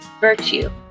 virtue